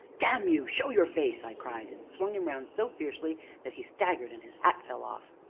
damn you show your face! i cried, and swung him round so fiercely that he staggered, and his hat fell off.